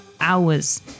hours